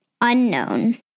unknown